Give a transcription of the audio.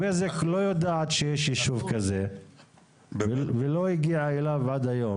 בזק לא יודעת שיש יישוב כזה ולא הגיעה אליו עד היום.